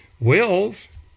wills